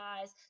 guys